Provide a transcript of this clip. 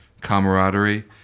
camaraderie